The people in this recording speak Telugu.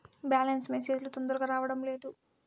బ్యాలెన్స్ మెసేజ్ లు తొందరగా రావడం లేదు?